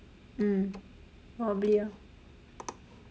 mm probably ah